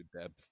depth